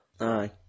aye